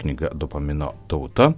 knyga dopamino tauta